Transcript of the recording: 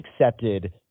accepted